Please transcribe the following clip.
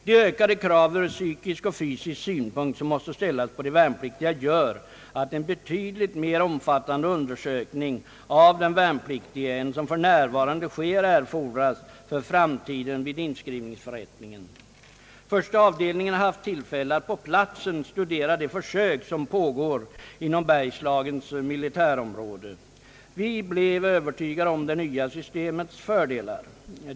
De ökade krav ur psykisk och fysisk synpunkt som måste ställas på de värnpliktiga gör att en betydligt mera omfattande undersökning av den värnpliktige än som för närvarande sker erfordras för framtiden vid inskrivningsförrättningen. Första avdelningen har haft tillfälle att på platsen studera de försök som pågår inom Bergslagens militärområde. Vi blev övertygade om det nya systemets fördelar.